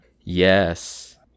Yes